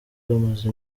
bamaze